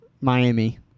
Miami